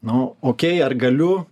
nu okei ar galiu